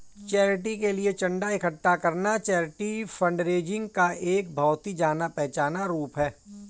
charity के लिए चंदा इकट्ठा करना चैरिटी फंडरेजिंग का एक बहुत ही जाना पहचाना रूप है